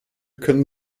können